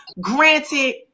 granted